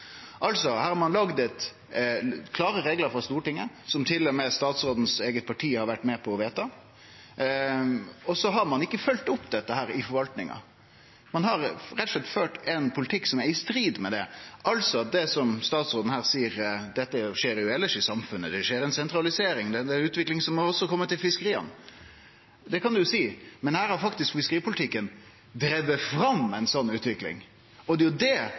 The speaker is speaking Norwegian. Altså: Her har ein laga klare reglar frå Stortinget, som til og med statsråden sitt eige parti har vore med på å vedta, og så har ein ikkje følgt opp dette i forvaltninga. Ein har rett og slett ført ein politikk som er i strid med det. Med tanke på det som statsråden her seier, at dette skjer elles i samfunnet, det skjer ei sentralisering, det er ei utvikling som også har kome til fiskeria – det kan ein seie, men her har faktisk fiskeripolitikken drive fram ei sånn utvikling, og det er jo det